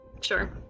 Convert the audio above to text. Sure